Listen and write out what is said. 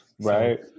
Right